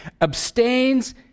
abstains